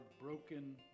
broken